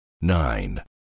nine